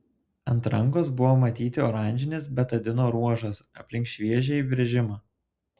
ant rankos buvo matyti oranžinis betadino ruožas aplink šviežią įbrėžimą